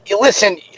Listen